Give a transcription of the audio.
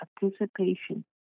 participation